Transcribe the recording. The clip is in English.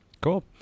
Cool